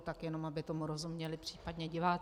Tak jenom aby tomu rozuměli případně diváci.